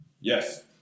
Yes